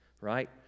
right